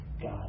God